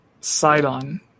Sidon